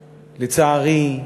לצערי,